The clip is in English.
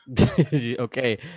okay